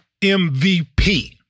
MVP